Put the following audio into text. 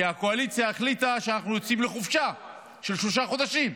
כי הקואליציה החליטה שאנחנו יוצאים לחופשה של שלושה חודשים,